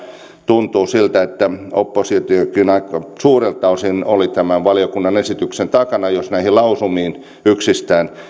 tuntuu siltä että oppositiokin aika suurelta osin oli tämän valiokunnan esityksen takana jos näihin lausumiin yksistään